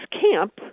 camp